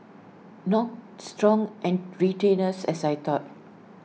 not strong and retainers as I thought